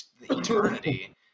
eternity